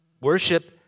Worship